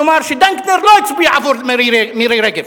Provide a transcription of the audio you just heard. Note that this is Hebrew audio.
לומר שדנקנר לא הצביע עבור מירי רגב,